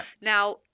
Now